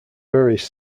various